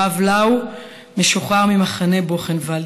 הרב לאו שוחרר ממחנה בוכנוואלד.